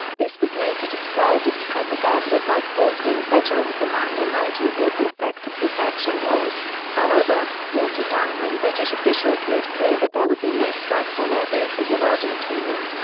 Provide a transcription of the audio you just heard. this was later described as propaganda by falklands veteran commander nigel ward the effect of this action was, however, watered down when british officials made clear that there would be no strikes on air bases in argentina.